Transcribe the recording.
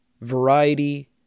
variety